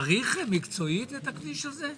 צריך מקצועית את הכביש הזה?